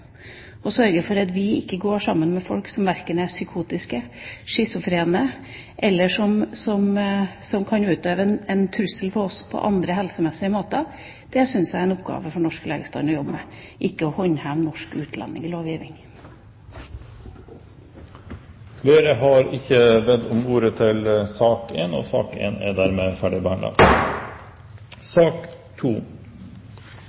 sørge for at vi ikke går sammen med folk som er psykotiske, schizofrene, eller som kan utgjøre en trussel for oss på andre helsemessige måter. Det syns jeg er en oppgave for den norske legestanden å jobbe med, ikke å håndheve norsk utlendingslovgivning. Flere har ikke bedt om ordet til sak nr. 1. Etter ønske fra helse- og